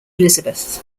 elizabeth